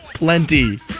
Plenty